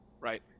right